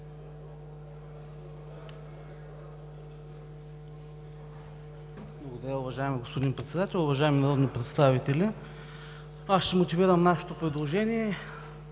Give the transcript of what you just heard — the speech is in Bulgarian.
(ОП): Уважаеми господин Председател, уважаеми народни представители! Аз ще мотивирам нашето предложение,